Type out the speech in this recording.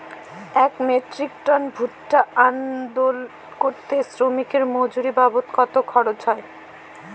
এক metric ton ভুট্টা unload করতে শ্রমিকের মজুরি বাবদ কত খরচ হয়?